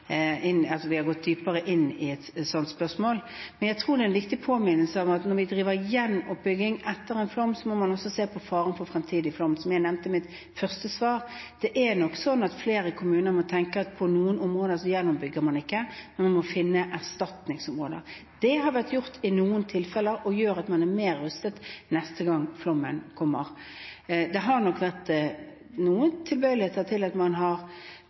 viktig påminnelse om at når vi driver gjenoppbygging etter en flom, må man også se på faren for fremtidig flom. Som jeg nevnte i mitt første svar: Det er nok sånn at flere kommuner må tenke at på noen områder gjenoppbygger man ikke, man må finne erstatningsområder. Det har vært gjort i noen tilfeller og gjør at man er bedre rustet neste gang flommen kommer. Det har nok vært noen tilbøyeligheter til å bygge for mye på flomutsatte områder. Man har